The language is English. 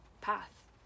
path